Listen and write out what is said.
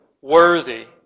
Worthy